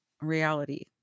reality